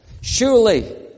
Surely